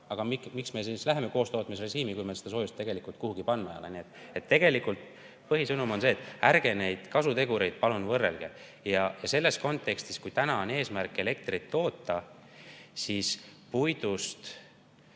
Aga miks me läheme üle koostootmisrežiimile, kui meil seda soojust tegelikult kuhugi panna ei ole? Nii et tegelikult põhisõnum on see: ärge neid kasutegureid palun võrrelge! Ja selles kontekstis, kui täna on eesmärk elektrit toota, siis puidust